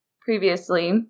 previously